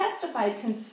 testified